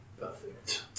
Perfect